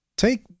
Take